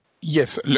yes